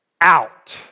out